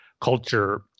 culture